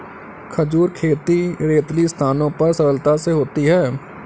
खजूर खेती रेतीली स्थानों पर सरलता से होती है